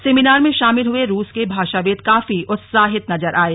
seminar में शामिल हुए रूस के भाषाविद् काफी उत्साहित नजर आये